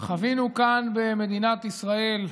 חווינו כאן, במדינת ישראל,